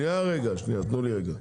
שנייה, רגע.